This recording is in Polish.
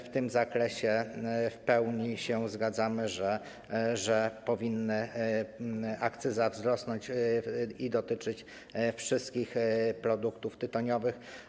W tym zakresie w pełni się zgadzamy, że akcyza powinna wzrosnąć i dotyczyć wszystkich produktów tytoniowych.